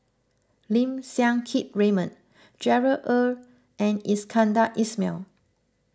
Lim Siang Keat Raymond Gerard Ee and Iskandar Ismail